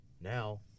Now